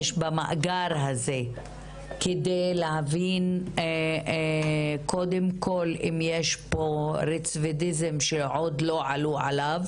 במאגר הזה כדי להבין קודם כל אם יש פה רצידיביזם שעוד לא עלו עליו